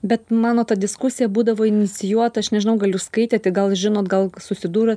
bet mano ta diskusija būdavo inicijuota aš nežinau gal jūs skaitėte gal žinot gal susidūrot